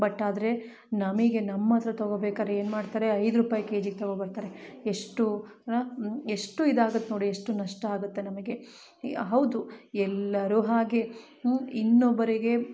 but ಆದರೆ ನಮಗೆ ನಮ್ಮಹತ್ರ ತಗೋಬೇಕಾರೆ ಏನು ಮಾಡ್ತಾರೆ ಐದು ರೂಪಾಯಿ ಕೆ ಜಿಗೆ ತಗೊ ಬರ್ತಾರೆ ಎಷ್ಟು ಆ ಎಷ್ಟು ಇದಾಗತ್ತೆ ನೋಡಿ ಎಷ್ಟು ನಷ್ಟ ಆಗುತ್ತೆ ನಮಗೆ ಈಗ ಹೌದು ಎಲ್ಲರು ಹಾಗೆ ಇನ್ನೊಬ್ಬರಿಗೆ